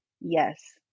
Yes